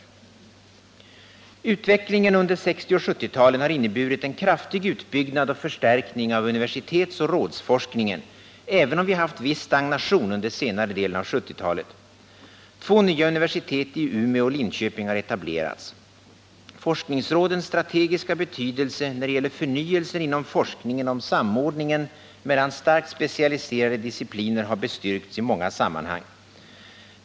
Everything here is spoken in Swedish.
Utvecklingen under 1960 och 1970-talen har inneburit en kraftig utbyggnad och förstärkning av universitetsoch rådsforskningen även om vi haft viss stagnation under senare delen av 1970-talet. Två nya universitet i Umeå och Linköping — har etablerats. Forskningsrådens strategiska betydelse när det gäller förnyelsen inom forskningen om samordningen mellan starkt specialiserade discipliner har bestyrkts i många sammanhang.